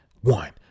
One